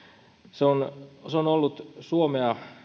se on se on ollut suomea